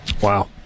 Wow